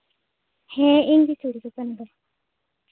ᱦᱮᱸ ᱤᱧᱜᱮ ᱪᱩᱲᱤ ᱫᱚᱠᱟᱱ ᱫᱚ